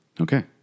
Okay